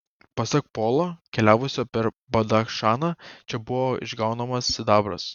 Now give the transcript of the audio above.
pasak polo keliavusio per badachšaną čia buvo išgaunamas sidabras